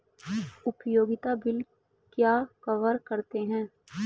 उपयोगिता बिल क्या कवर करते हैं?